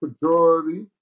majority